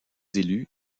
élus